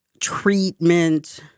treatment